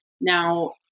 Now